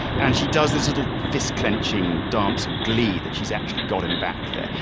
and she does this little fist clenching dance of glee that she's actually got him back there.